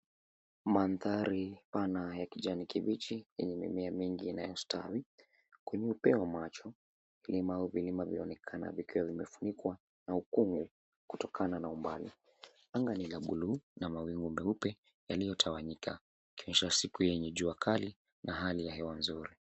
Mandhari pana ya kijani kibichi yenye mimea mingi inayostawi. Kwenye upeo wa macho vilima vinaonekana vikiwa vimefunikwa na ukungu kutokana na umbali. Anga ni la blue na mawingu meupe yaliyotawanyika, yakionyesha siku yenye jua kali na hali ya hewa nzuri.